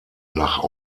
nach